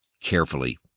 carefully